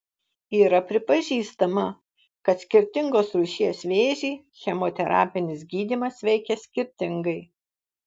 yra pripažįstama kad skirtingos rūšies vėžį chemoterapinis gydymas veikia skirtingai